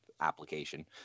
application